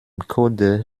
code